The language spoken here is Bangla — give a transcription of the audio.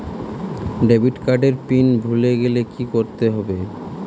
ডেবিট কার্ড এর পিন ভুলে গেলে কি করতে হবে?